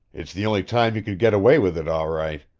it's the only time you could get away with it, all right!